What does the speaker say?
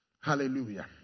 Hallelujah